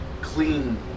Clean